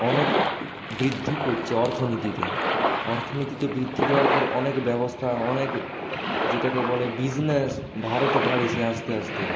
অনেক বৃদ্ধি করছে অর্থনীতিতে অর্থনীতিতে বৃদ্ধি করার পর অনেক ব্যবস্থা অনেক যেটাকে বলে বিজনেস ভারতে বাড়ছে আস্তে আস্তে